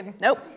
Nope